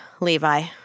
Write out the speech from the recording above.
Levi